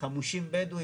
חמושים בדואים,